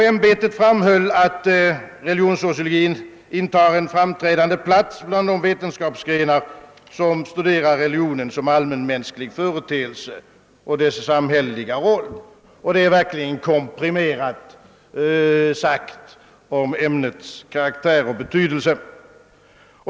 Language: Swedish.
Ämbetet framhöll, att religionssociologin intar en framträdande plats bland de vetenskapsgrenar som studerar religionen som allmänmänsklig företeelse och dess samhälleliga roll, och det är verkligen komprimerat sagt om ämnets karaktär och betydelse.